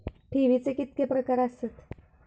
ठेवीचे कितके प्रकार आसत?